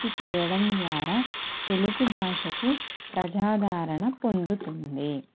ఉత్పత్తి చేయడం ద్వారా తెలుగుభాషకు ప్రజాదారణ పొందుతుంది